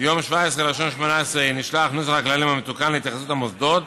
ביום 17 בינואר 2018 נשלח נוסח הכללים המתוקן להתייחסות המוסדות,